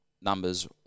numbers